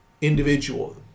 individual